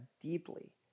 deeply